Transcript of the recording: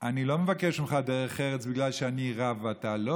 אני לא מבקש ממך דרך ארץ בגלל שאני רב ואתה לא,